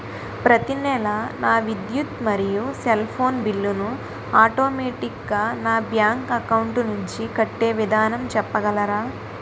ప్రతి నెల నా విద్యుత్ మరియు సెల్ ఫోన్ బిల్లు ను ఆటోమేటిక్ గా నా బ్యాంక్ అకౌంట్ నుంచి కట్టే విధానం చెప్పగలరా?